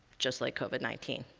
just like covid nineteen.